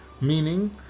Meaning